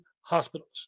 hospitals